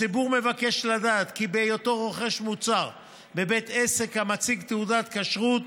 הציבור מבקש לדעת כי כשהוא רוכש מוצר בבית עסק המציג תעודת כשרות,